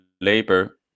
labor